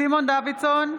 סימון דוידסון,